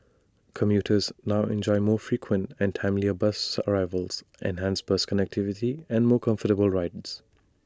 commuters now enjoy more frequent and timelier bus arrivals enhanced bus connectivity and more comfortable rides